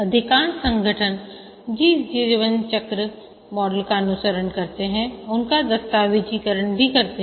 अधिकांश संगठन जिस जीवन चक्र मॉडल का अनुसरण करते हैं उसका दस्तावेजीकरण भी करते हैं